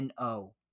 NO